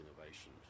innovation